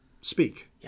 speak